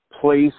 place